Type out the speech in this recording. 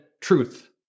truth